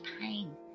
pain